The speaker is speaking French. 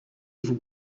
vous